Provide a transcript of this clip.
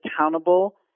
accountable